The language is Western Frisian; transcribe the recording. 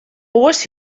oars